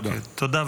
תודה.